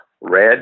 red